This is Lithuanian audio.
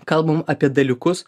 kalbam apie dalykus